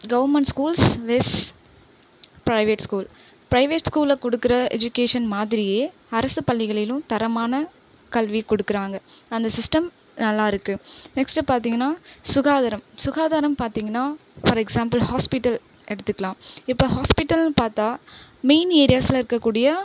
government schools vs private school private ஸ்கூல்ல கொடுக்குற education மாதிரியே அரசு பள்ளிகளிலும் தரமான கல்வி கொடுக்குறாங்க அந்த சிஸ்டம் நல்லாருக்குது நெக்ஸ்ட்டு பார்த்திங்கன்னா சுகாதாரம் சுகாதாரம் பார்த்திங்கன்னா ஃபார் எக்சாம்புள் ஹாஸ்பிட்டல் எடுத்துக்கலாம் இப்போ ஹாஸ்பிட்டல்னு பார்த்தா மெயின் ஏரியாஸ்ல இருக்கக்கூடிய